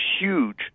huge